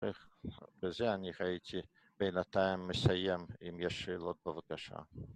וזה אני הייתי בינתיים מסיים. אם יש שאלות, בבקשה